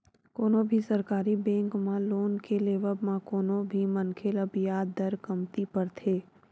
कोनो भी सरकारी बेंक म लोन के लेवब म कोनो भी मनखे ल बियाज दर कमती परथे